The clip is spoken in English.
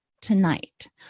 tonight